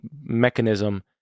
mechanism